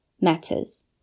matters